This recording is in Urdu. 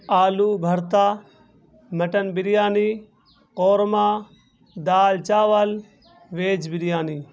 آلو بھرتا مٹن بریانی قورمہ دال چاول ویج بریانی